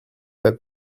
pas